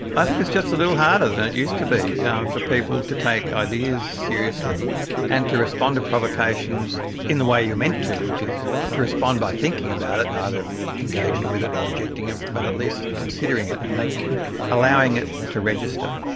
i think it's just a little harder than it used to be yeah for people to take ideas seriously and to respond to provocations in the way you're meant to, which is to respond by thinking about it and either engaging with it or rejecting it, but at least considering it and allowing it to register.